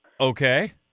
Okay